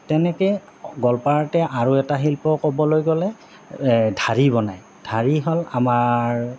তেনেকে গোৱালপাৰাতে আৰু এটা শিল্প ক'বলৈ গ'লে ঢাৰি বনায় ঢাৰি হ'ল আমাৰ